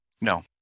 No